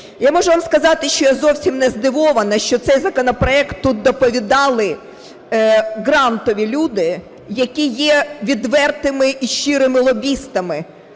Я можу вам сказати, що я зовсім не здивована, що цей законопроект тут доповідали грантові люди, які є відвертими і щирими лобістами,